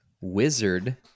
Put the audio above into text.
Wizard